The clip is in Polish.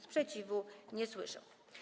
Sprzeciwu nie słyszę.